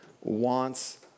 wants